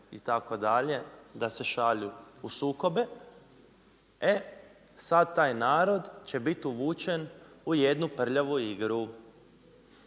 itd. da se šalju u sukobe. E sad taj narod će bit uvučen u jednu prljavu igru.